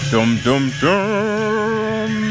Dum-dum-dum